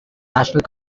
national